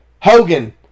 Hogan